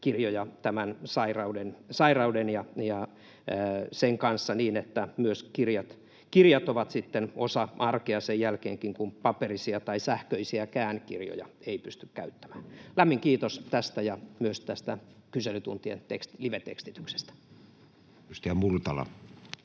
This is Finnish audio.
äänikirjoja tämän sairauden kanssa niin, että myös kirjat ovat osa arkea senkin jälkeen, kun paperisia tai sähköisiäkään kirjoja ei pysty käyttämään. Lämmin kiitos tästä ja myös kyselytuntien livetekstityksestä. [Speech